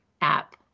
app